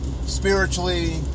spiritually